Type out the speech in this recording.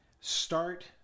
Start